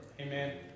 Amen